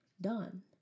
done